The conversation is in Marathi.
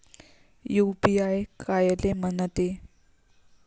यू.पी.आय कायले म्हनते?